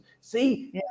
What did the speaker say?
See